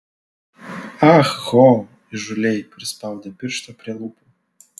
ah ho įžūliai prispaudė pirštą prie lūpų